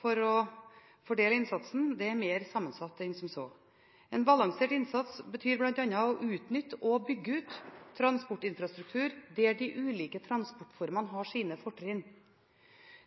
for å fordele innsatsen. Det er mer sammensatt enn som så. En balansert innsats betyr bl.a. å utnytte og bygge ut transportinfrastruktur der de ulike transportformene har sine fortrinn.